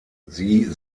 sie